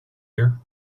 here